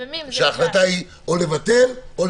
ההחלטה היא או לאשר או לבטל.